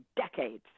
decades